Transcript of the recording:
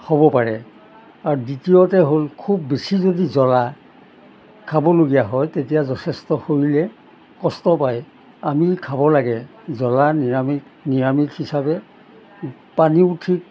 হ'ব পাৰে আৰু দ্বিতীয়তে হ'ল খুব বেছি যদি জ্বলা খাবলগীয়া হয় তেতিয়া যথেষ্ট শৰীৰে কষ্ট পায় আমি খাব লাগে জ্বলা নিৰামিষ নিৰামিষ হিচাপে পানীও ঠিক